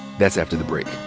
that's after the break.